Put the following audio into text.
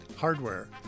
hardware